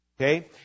okay